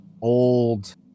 old